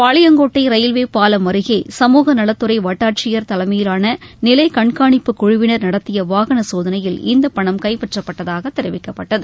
Palayamkottai railway பாலம் அருகே சமூகநலத்துறை வட்டாட்சியர் தலைமையிலான நிலை கண்காணிப்பு குழுவினர் நடத்திய வாகன சோதனையில் இந்த பணம் கைப்பற்றப்பட்டதாக தெரிவிக்கப்பட்டது